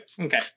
okay